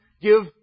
give